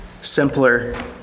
simpler